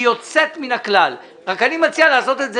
היא יוצאת מן הכלל אבל אני מציע לעשות את זה